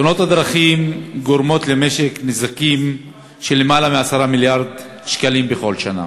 תאונות הדרכים גורמות למשק נזקים של יותר מ-10 מיליארד שקלים בכל שנה.